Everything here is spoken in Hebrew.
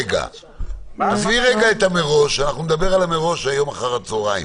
נדבר על זה היום אחר הצהריים,